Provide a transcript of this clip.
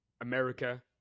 America